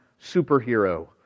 superhero